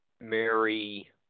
Mary –